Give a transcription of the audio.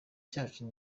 cyacu